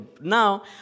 Now